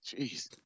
Jeez